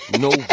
no